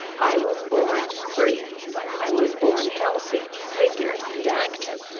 i was born free i was born healthy, vigorous, and active,